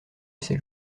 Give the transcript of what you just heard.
ces